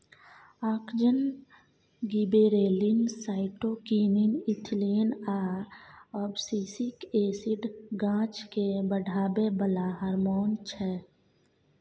auxin, gibberellin, cytokinin, ethylene आ abscisic acid गाछकेँ बढ़ाबै बला हारमोन छै